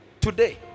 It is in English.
today